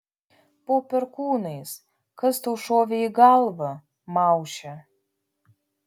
po perkūnais kas tau šovė į galvą mauše